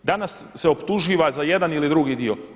Danas se optuživa za jedan ili drugi dio.